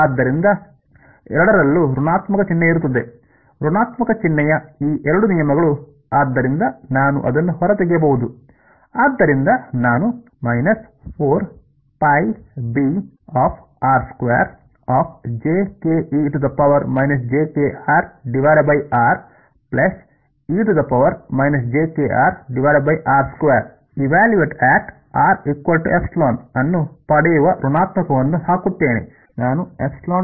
ಆದ್ದರಿಂದ ಎರಡರಲ್ಲೂ ಋರ್ಣಾತ್ಮಕ ಚಿಹ್ನೆ ಇರುತ್ತದೆ ಋರ್ಣಾತ್ಮಕ ಚಿಹ್ನೆಯ ಈ ಎರಡೂ ನಿಯಮಗಳು ಆದ್ದರಿಂದನಾನು ಅದನ್ನು ಹೊರತೆಗೆಯಬಹುದು ಆದ್ದರಿಂದ ನಾನು ಅನ್ನು ಪಡೆಯುವ ಋರ್ಣಾತ್ಮಕವನ್ನು ಹಾಕುತ್ತೇನೆ